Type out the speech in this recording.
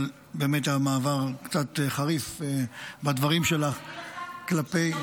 אבל באמת היה מעבר קצת חריף בדברים שלך כלפי --- אני